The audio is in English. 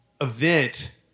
event